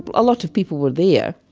a lot of people were there.